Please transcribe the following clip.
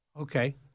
Okay